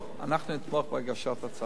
אנחנו נתמוך בהגשת הצעת חוק.